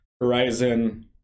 Horizon